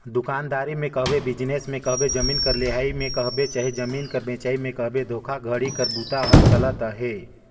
दुकानदारी में कहबे, बिजनेस में कहबे, जमीन कर लेहई में कहबे चहे जमीन कर बेंचई में कहबे धोखाघड़ी कर बूता हर चलते अहे